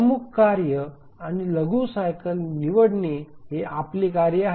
प्रमुख कार्य आणि लघु सायकल निवडणे हे आपले कार्य आहे